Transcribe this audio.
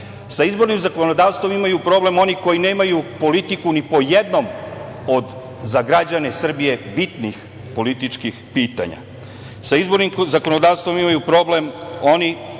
izbornim zakonodavstvom imaju problem oni koji nemaju politiku ni po jednom od za građane Srbije bitnih političkih pitanja. Sa izbornim zakonodavstvom imaju problem oni